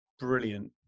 brilliant